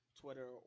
Twitter